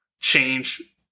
change